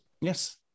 yes